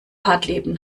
hartleben